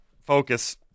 Focus